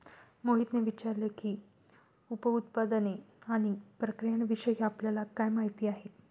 मोहितने विचारले की, उप उत्पादने आणि प्रक्रियाविषयी आपल्याला काय माहिती आहे?